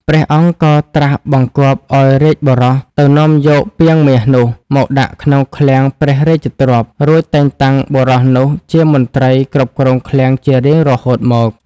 ព្រះអង្គក៏ត្រាស់បង្គាប់ឲ្យរាជបុរសទៅនាំយកពាងមាសនោះ មកដាក់ក្នុងឃ្លាំងព្រះរាជទ្រព្យ រួចតែងតាំងបុរសនោះជាមន្ត្រីគ្រប់គ្រងឃ្លាំងជារៀងរហូតមក ។